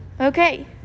Okay